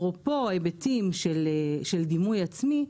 אפרופו היבטים של דימוי עצמי,